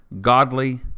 godly